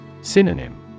Synonym